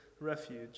refuge